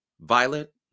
Violet